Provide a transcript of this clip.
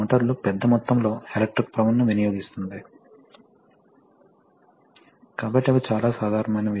మరియు మొత్తం వ్యవస్థలో అవి ఏ పాత్రలు పోషిస్తాయో వివరించబడింది